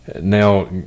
Now